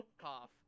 Cough